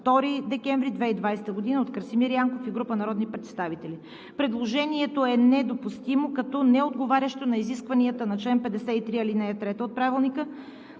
2 декември 2020 г. от Красимир Янков и група народни представители. Предложението е недопустимо, като неотговарящо на изискванията на чл. 53, ал. 3 от Правилника,